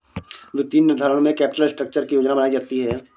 वित्तीय निर्धारण में कैपिटल स्ट्रक्चर की योजना बनायीं जाती है